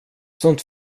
sånt